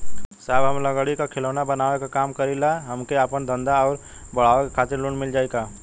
साहब हम लंगड़ी क खिलौना बनावे क काम करी ला हमके आपन धंधा अउर बढ़ावे के खातिर लोन मिल जाई का?